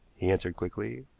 he answered quickly,